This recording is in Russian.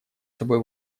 собой